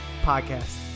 podcast